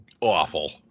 awful